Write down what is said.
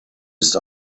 ist